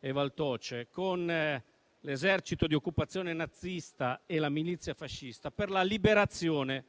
e Valtoce e l'esercito di occupazione nazista e la milizia fascista per la liberazione